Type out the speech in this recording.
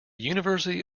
university